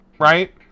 right